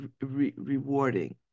rewarding